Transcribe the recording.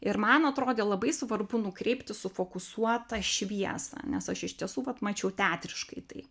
ir man atrodė labai svarbu nukreipti sufokusuotą šviesą nes aš iš tiesų vat mačiau teatriškai tai